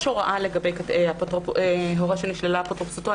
יש הוראה לגבי הורה שנשללה אפוטרופסותו.